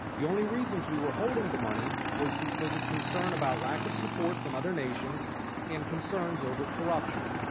the only reasons we were holding the money was because of concern about lack of support from other nations and concern over corruption.